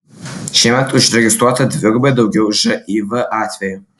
šiemet užregistruota dvigubai daugiau živ atvejų